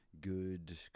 good